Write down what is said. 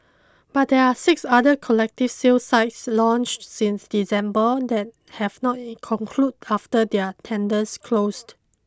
but there are six other collective sale sites launched since December that have not concluded after their tenders closed